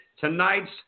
tonight's